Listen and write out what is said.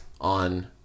on